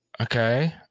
Okay